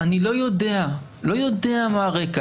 אני לא יודע מה הרקע.